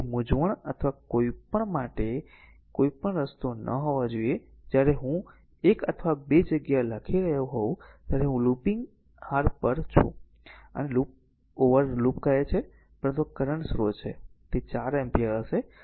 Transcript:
તેથી મૂંઝવણ અથવા કંઈપણ માટે કોઈ રસ્તો ન હોવો જોઈએ જ્યારે હું એક અથવા બે જગ્યાએ લખી રહ્યો હોઉં ત્યારે હું લૂપિંગ r પર છું આને લૂપ ઓવર લૂપ કહે છે પરંતુ આ કરંટ સ્રોત છે તે 4 એમ્પીયર હશે